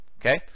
Okay